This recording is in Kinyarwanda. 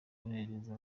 kunezeza